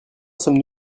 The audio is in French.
sommes